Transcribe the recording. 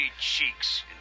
cheeks